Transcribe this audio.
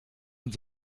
und